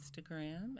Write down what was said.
Instagram